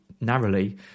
narrowly